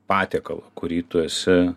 patiekalą kurį tu esi